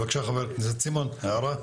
חבר הכנסת סימון, בבקשה.